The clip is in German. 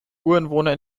ureinwohner